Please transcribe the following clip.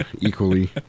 equally